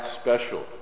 special